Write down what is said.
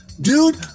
Dude